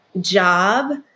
job